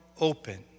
open